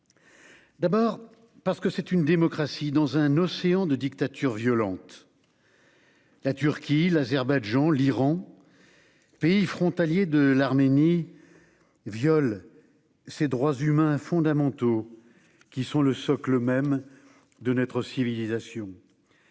D'abord parce que c'est une démocratie dans un océan de dictatures violentes : la Turquie, l'Azerbaïdjan, l'Iran- pays frontaliers de l'Arménie -violent les droits humains fondamentaux, qui sont le socle même de notre civilisation.